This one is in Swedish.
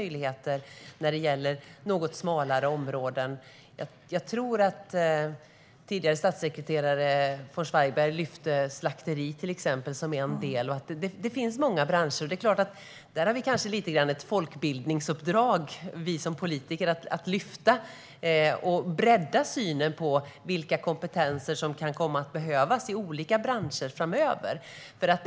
Jag tror att tidigare statssekreterare von Zweigbergk lyfte fram till exempel slakteri. Det finns alltså många branscher. Här har vi politiker kanske något av ett folkbildningsuppdrag vad gäller att bredda synen på vilka kompetenser som kan komma att behövas i olika branscher framöver.